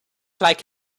like